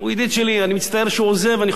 אני חושב שהוא עושה טעות איומה.